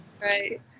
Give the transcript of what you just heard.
Right